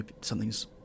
something's